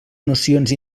nocions